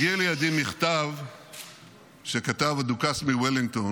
הגיע לידי מכתב שכתב הדוכס מוולינגטון